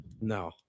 No